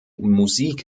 musik